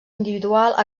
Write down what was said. individual